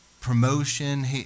promotion